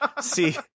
see